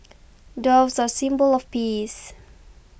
doves are a symbol of peace